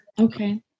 okay